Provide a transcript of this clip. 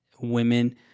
women